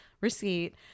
receipt